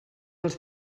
els